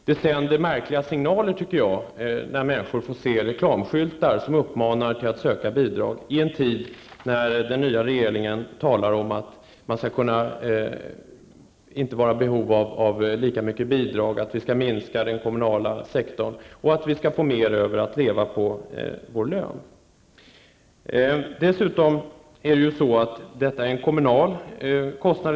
Det sänder märkliga signaler när människor får se reklamskyltar som uppmanar till att söka bidrag, i en tid då den nya regeringen talar om att vi inte skall vara i behov av lika mycket bidrag, att den kommunala sektorn skall minskas och att vi skall få mer över av lönen att leva på. Bostadsbidragen är i dag till viss del en kommunal kostnad.